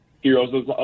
heroes